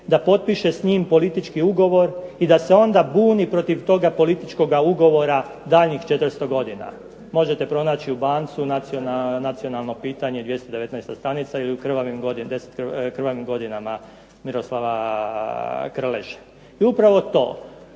da potpiše s njim politički ugovor i da se onda buni protiv toga političkoga ugovora daljnjih 400 godina. Možete pronaći u Bancu nacionalno pitanje 219 stranica ili u Krvavim godinama Miroslava Krleže. I upravo to